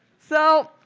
so,